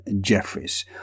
Jeffries